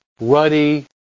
ruddy